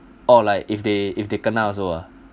or like if they if they kena also ah